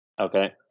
Okay